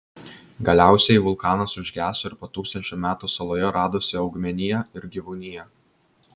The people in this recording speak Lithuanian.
galiausiai vulkanas užgeso ir po tūkstančių metų saloje radosi augmenija ir gyvūnija